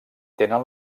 tenen